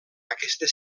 aquesta